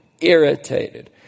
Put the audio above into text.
irritated